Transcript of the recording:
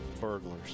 burglars